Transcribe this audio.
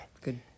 Good